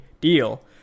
deal